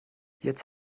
jetzt